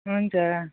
हुन्छ